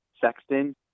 Sexton